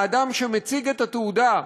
האדם שמציג את התעודה,